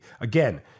Again